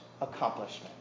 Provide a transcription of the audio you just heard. accomplishment